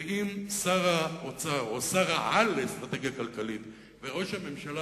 ואם שר האוצר או שר-העל לאסטרטגיה כלכלית וראש הממשלה